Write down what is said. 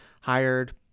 hired